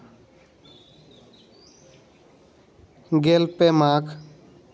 ᱜᱮᱞ ᱯᱮ ᱢᱟᱜᱽ